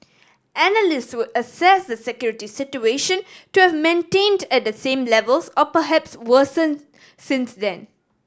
analysts would assess the security situation to have maintained at the same levels or perhaps worsened since then